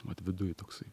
vat viduj toksai